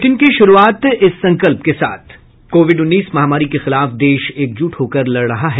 bulletin की शुरूआत से पहले ये संकल्प कोविड उन्नीस महामारी के खिलाफ देश एकजुट होकर लड़ रहा है